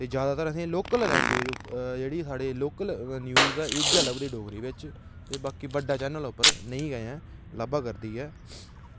जादै जेह्ड़ी साढ़ी लोकल लैंगवेज़ लोकल न्यूज़ जेह्ड़ी ऐ उऐ लभदी ऐ डोगरी बिच ते बाकी बड्डे चैनल पर नेईं ऐं लब्भा करदी ऐ